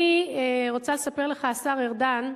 אני רוצה לספר לך, השר ארדן,